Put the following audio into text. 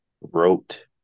wrote